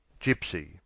Gypsy